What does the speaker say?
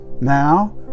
Now